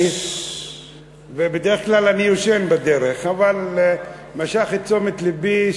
בדרך כלל אני ישן בדרך אבל זה משך את תשומת לבי,